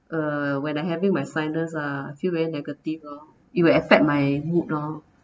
uh when I having my sinus ah feel very negative lor it will affect my mood lor